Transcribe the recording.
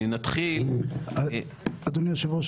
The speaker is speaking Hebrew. אדוני היושב-ראש,